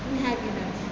इएह भए गेलै